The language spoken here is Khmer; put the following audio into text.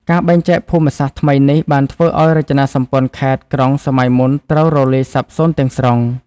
ការបែងចែកភូមិសាស្ត្រថ្មីនេះ បានធ្វើឱ្យរចនាសម្ព័ន្ធខេត្ត-ក្រុងសម័យមុនត្រូវរលាយសាបសូន្យទាំងស្រុង។